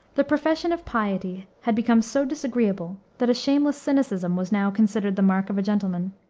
the profession of piety had become so disagreeable that a shameless cynicism was now considered the mark of a gentleman.